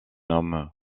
homme